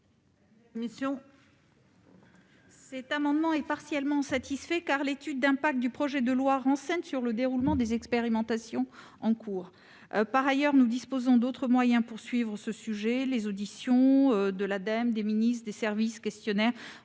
? L'amendement est partiellement satisfait, car l'étude d'impact du projet de loi informe sur le déroulement des expérimentations en cours. Par ailleurs, nous disposons d'autres moyens pour suivre cette question, comme l'audition des ministres, des représentants